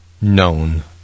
known